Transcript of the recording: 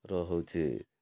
ରହୁଛି